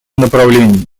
направлении